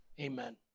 amen